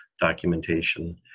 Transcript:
documentation